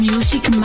Music